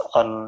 on